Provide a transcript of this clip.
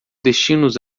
destinos